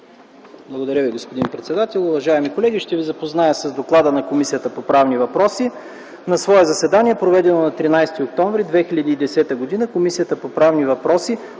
Благодаря Ви, господин председател. Уважаеми колеги! Ще ви запозная с доклада на Комисията по правни въпроси. На свое заседание, проведено на 13 октомври 2010 г., Комисията по правни въпроси